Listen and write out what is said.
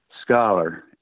scholar